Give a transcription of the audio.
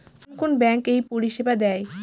কোন কোন ব্যাঙ্ক এই পরিষেবা দেয়?